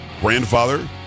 grandfather